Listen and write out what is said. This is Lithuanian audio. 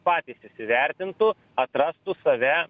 patys įsivertintų atrastų save